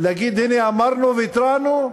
להגיד: הנה אמרנו והתרענו?